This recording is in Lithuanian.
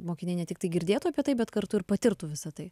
mokiniai ne tiktai girdėtų apie tai bet kartu ir patirtų visa tai